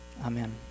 Amen